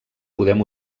podem